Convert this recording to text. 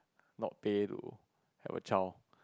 not pay to have a child